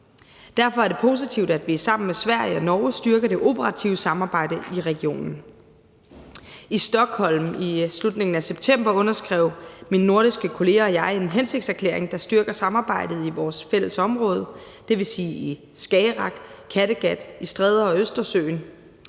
Derfor er det positivt, at vi sammen med Sverige og Norge styrker det operative samarbejde i regionen. I Stockholm i slutningen af september underskrev mine nordiske kolleger og jeg en hensigtserklæring, der styrker samarbejdet i vores fælles område, dvs. i Skagerrak, Kattegat, Stræder og Østersøen,